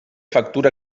factura